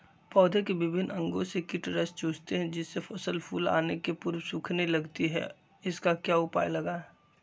पौधे के विभिन्न अंगों से कीट रस चूसते हैं जिससे फसल फूल आने के पूर्व सूखने लगती है इसका क्या उपाय लगाएं?